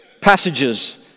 passages